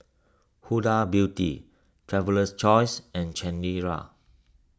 Huda Beauty Traveler's Choice and Chanira